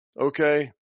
okay